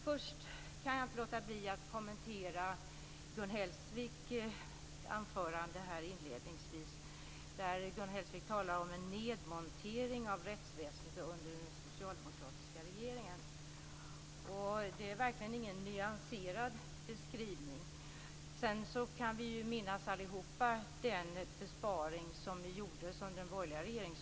Först kan jag inte låta bli att kommentera Gun Hellsviks inledningsanförande, där hon talar om en nedmontering av rättsväsendet under den socialdemokratiska regeringen. Det är verkligen ingen nyanserad beskrivning. Vi kan allihop minnas den besparing som gjordes under den borgerliga regeringen.